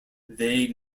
they